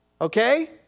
Okay